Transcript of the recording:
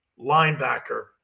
linebacker